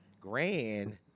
grand